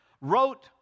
wrote